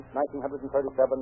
1937